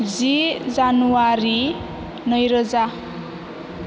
जि January नै रोजा